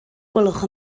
gwelwch